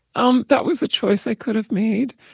um that was a choice i could have made.